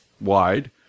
wide